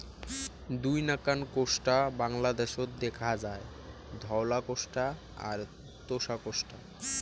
দুই নাকান কোষ্টা বাংলাদ্যাশত দ্যাখা যায়, ধওলা কোষ্টা আর তোষা কোষ্টা